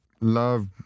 Love